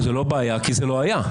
זו לא בעיה, כי זה לא היה.